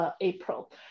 April